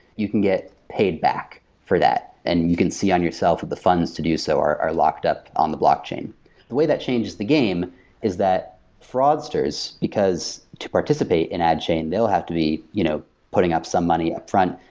you can get paid back for that. and you can see on yourself of the funds to do so are locked up on the block chain the way that changes the game is that fraudsters, because to participate in adchain, they will have to be you know putting up some money upfront.